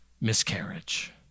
miscarriage